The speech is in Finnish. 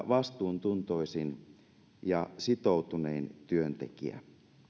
vastuuntuntoisin ja sitoutunein työntekijä